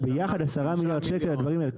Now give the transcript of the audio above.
ביחד 10 מיליארד שקל על הדברים האלה.